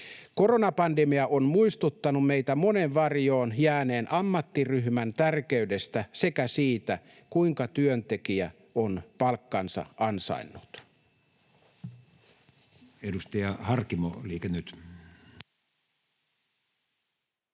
Koronapandemia on muistuttanut meitä monen varjoon jääneen ammattiryhmän tärkeydestä sekä siitä, kuinka työntekijä on palkkansa ansainnut.